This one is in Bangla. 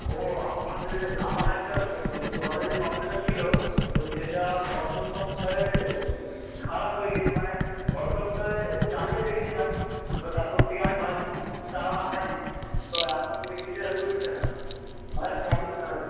ও আমাদের আমার একটা ঘরে যে কম্পিউটার ছিলো তো সেটা গত সপ্তাহে খারাপ হয়ে গেছে মানে গত সপ্তাহে চালিয়ে রেখেছিলাম এবার তারপর থেকে আমি বাড়িতে এসে চালানো হয়নি তো এখন দেখছি সেটা চলছে না অনেক প্রবলেম দেখা দিচ্ছে